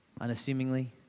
unassumingly